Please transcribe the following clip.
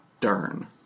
Dern